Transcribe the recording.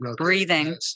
Breathing